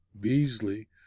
Beasley